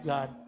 God